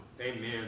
Amen